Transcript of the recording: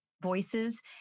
voices